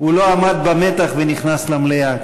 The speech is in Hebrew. הוא לא עמד במתח ונכנס למליאה.